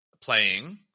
playing